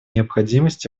необходимость